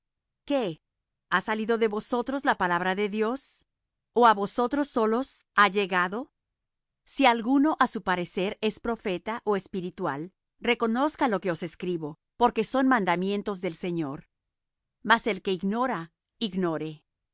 qué ha salido de vosotros la palabra de dios ó á vosotros solos ha llegado si alguno á su parecer es profeta ó espiritual reconozca lo que os escribo porque son mandamientos del señor mas el que ignora ignore